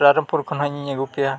ᱨᱟᱭᱨᱚᱝᱯᱩᱨ ᱠᱷᱚᱱ ᱦᱚᱸ ᱤᱧᱤᱧ ᱟᱹᱜᱩ ᱯᱮᱭᱟ